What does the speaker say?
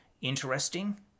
interesting